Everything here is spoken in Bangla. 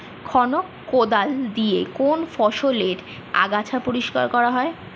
খনক কোদাল দিয়ে কোন ফসলের আগাছা পরিষ্কার করা হয়?